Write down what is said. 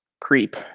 Creep